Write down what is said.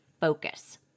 focus